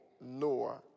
Noah